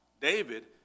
David